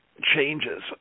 changes